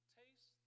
taste